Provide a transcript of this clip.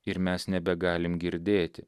ir mes nebegalim girdėti